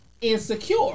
Insecure